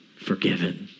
forgiven